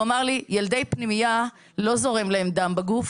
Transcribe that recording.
הוא אמר לי: "ילדי פנימייה לא זורם להם דם בגוף,